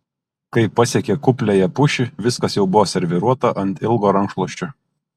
kai pasiekė kupliąją pušį viskas jau buvo serviruota ant ilgo rankšluosčio